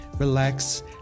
relax